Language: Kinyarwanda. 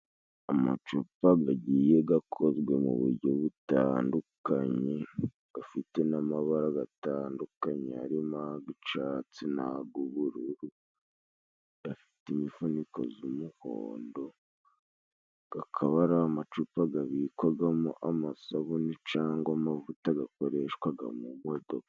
Amacupa gagiye gakozwe mu buryo butandukanye gafite n'amabara gatandukanye arimo agicatsi nagubururu gafite imifuniko z'umuhondo gakaba ari amacupa gabikwagamo amasabune cangwa amavuta gakoreshwaga mu modoka.